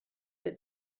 that